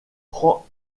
prend